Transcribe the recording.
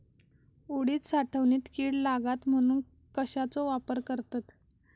उडीद साठवणीत कीड लागात म्हणून कश्याचो वापर करतत?